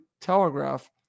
telegraph